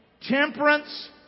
temperance